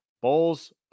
Bulls